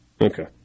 Okay